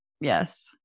Yes